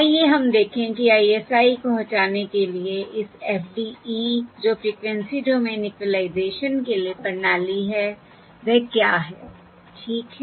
आइए हम देखें कि ISI को हटाने के लिए इस FDE जो फ़्रिक्वेंसी डोमेन इक्विलाइज़ेशन के लिए प्रणाली है वह क्या है ठीक है